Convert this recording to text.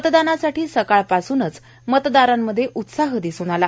मतदानासाठी सकाळ पासूनच मतदारांमध्ये उत्साह दिसून आला